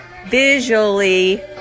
visually